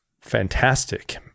fantastic